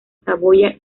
saboya